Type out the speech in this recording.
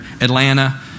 Atlanta